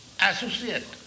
associate